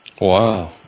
Wow